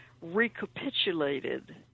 recapitulated